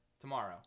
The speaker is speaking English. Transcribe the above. tomorrow